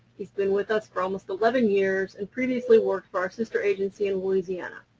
he's been with us for almost eleven years and previously worked for our sister agency in louisiana.